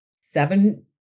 seven